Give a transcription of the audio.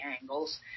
angles